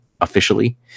officially